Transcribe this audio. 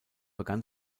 begann